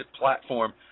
platform